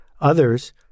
Others